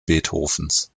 beethovens